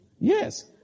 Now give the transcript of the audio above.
Yes